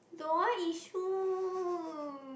don't want issue